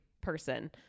person